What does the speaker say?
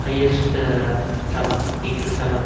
highest tower eiffel tower